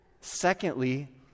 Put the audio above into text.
Secondly